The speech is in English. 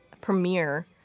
premiere